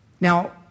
Now